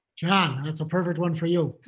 john, that's a perfect one for you.